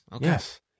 Yes